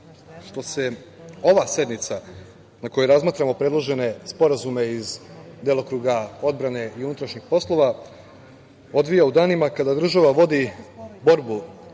što se ova sednica na kojoj razmatramo predložene sporazume iz delokruga odbrane i unutrašnjih poslova odvija u danima kada država vodi borbu,